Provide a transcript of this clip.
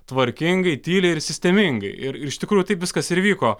tvarkingai tyliai ir sistemingai ir iš tikrųjų taip viskas ir vyko